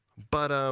but